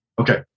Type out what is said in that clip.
Okay